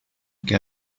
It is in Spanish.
que